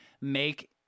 make